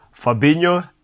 Fabinho